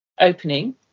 opening